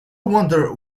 wonder